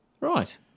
right